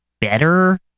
better